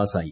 പാസായി